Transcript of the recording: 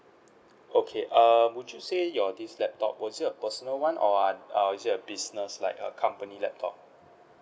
okay um would you say your this laptop was it a personal one or err was it a business like a company laptop